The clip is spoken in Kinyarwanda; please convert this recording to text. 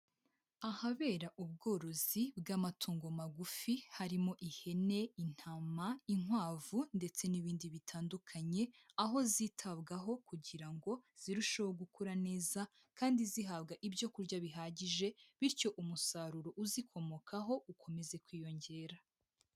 Ahabera ubworozi bw'amatungo magufi, harimo ihene, intama, inkwavu ndetse n'ibindi bitandukanye, aho zitabwaho kugira ngo zirusheho gukura neza kandi zihabwa ibyo kurya bihagije bityo umusaruro uzikomokaho ukomeze kwiyongera.